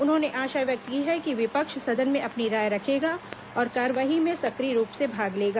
उन्होंने आशा व्यक्त की कि विपक्ष सदन में अपनी राय रखेगा और कार्यवाही में सक्रिय रूप से भाग लेगा